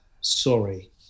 Sorry